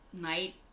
night